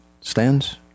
stands